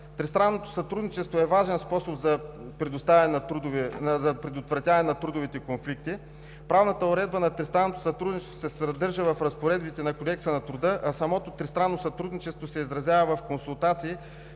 Тристранното сътрудничество е важен способ за предотвратяване на трудовите конфликти. Правната уредба на тристранното сътрудничество се съдържа в разпоредбите на Кодекса на труда, а самото тристранно сътрудничество се изразява в консултации